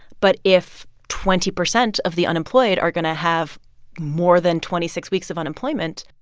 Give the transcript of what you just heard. but if twenty percent of the unemployed are going to have more than twenty six weeks of unemployment,